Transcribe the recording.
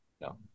No